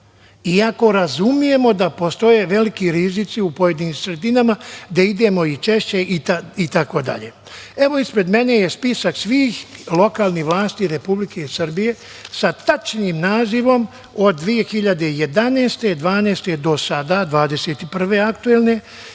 iako razumemo da postoje veliki rizici u pojedinim sredinama gde idemo i češće itd. Ispred mene je spisak svih lokalnih vlasti Republike Srbije sa tačnim nazivom od 2011, 2012. do sada, 2021. godine